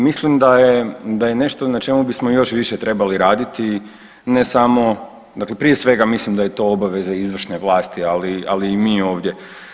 Mislim da je nešto na čemu bismo još više trebali raditi ne samo, dakle prije svega mislim da je to obaveza izvršne vlasti, ali i mi ovdje.